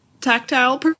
tactile